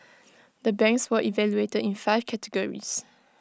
the banks were evaluated in five categories